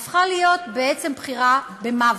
הפכה להיות בעצם בחירה במוות,